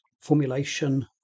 formulation